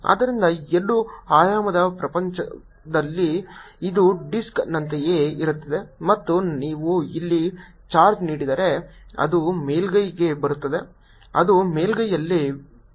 ಆದ್ದರಿಂದ ಎರಡು ಆಯಾಮದ ಪ್ರಪಂಚಗಳಲ್ಲಿ ಇದು ಡಿಸ್ಕ್ ನಂತೆಯೇ ಇರುತ್ತದೆ ಮತ್ತು ನೀವು ಇಲ್ಲಿ ಚಾರ್ಜ್ ನೀಡಿದರೆ ಅದು ಮೇಲ್ಮೈಗೆ ಬರುತ್ತಿದೆ ಅದು ಮೇಲ್ಮೈಯಲ್ಲಿ ವಿತರಿಸಲ್ಪಡುತ್ತದೆ